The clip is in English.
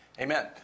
Amen